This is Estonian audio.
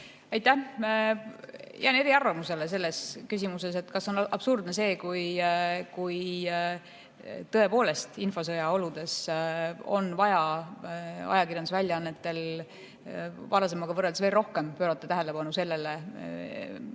Aitäh! Ma jään eriarvamusele selles küsimuses, kas see on absurdne, kui tõepoolest infosõja oludes on vaja ajakirjandusväljaannetel varasemaga võrreldes veel rohkem pöörata tähelepanu sellele, mis